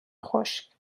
خشک